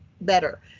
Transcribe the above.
better